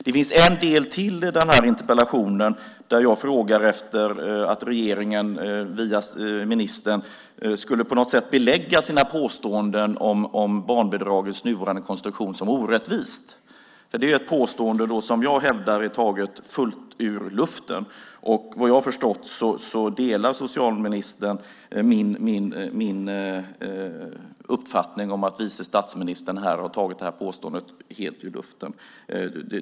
Det finns en del till i interpellationen, där jag frågar efter att regeringen via ministern på något sätt skulle belägga sina påståenden om barnbidragets nuvarande konstruktion som orättvist. Det är ett påstående som jag hävdar är taget helt ur luften. Vad jag har förstått delar socialministern min uppfattning att vice statsministern har tagit påståendet helt ur luften.